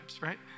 right